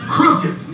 Crooked